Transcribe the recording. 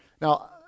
now